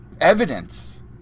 evidence